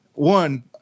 One